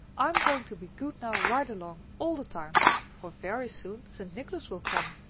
i'm going to be good now right along, all the time for very soon st. nicholas will come,